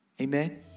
Amen